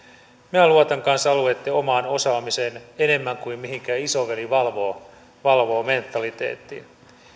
minä luotan kanssa alueitten omaan osaamiseen enemmän kuin mihinkään isoveli valvoo valvoo mentaliteettiin